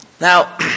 Now